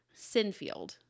Sinfield